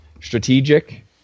Strategic